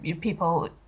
people